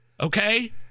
Okay